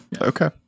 Okay